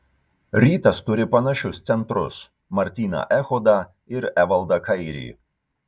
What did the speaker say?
rytas turi panašius centrus martyną echodą ir evaldą kairį